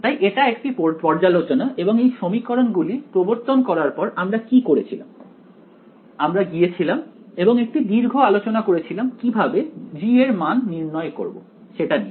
তাই এটা একটি পর্যালোচন এবং এই সমীকরণ গুলি প্রবর্তন করার পর আমরা কি করেছিলাম আমরা গিয়েছিলাম এবং একটি দীর্ঘ আলোচনা করেছিলাম কিভাবে g এর মান নির্ণয় করব সেটা নিয়ে